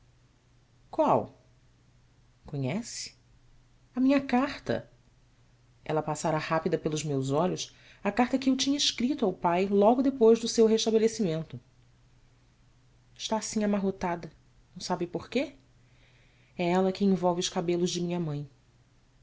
ual onhece minha carta ela passara rápida pelos meus olhos a carta que eu tinha escrito ao pai logo depois do seu restabelecimento stá assim amarrotada não sabe por quê é ela que envolve os cabelos de minha mãe